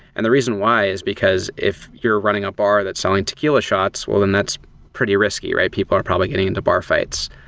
and the reason why is because if you're running a bar that's selling tequila shots. well, then that's pretty risky, right? people are probably getting into bar fights.